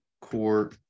core